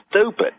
stupid